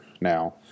now